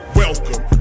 welcome